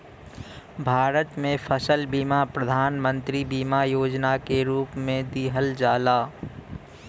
भारत में फसल बीमा प्रधान मंत्री बीमा योजना के रूप में दिहल जाला